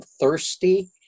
thirsty